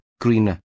greener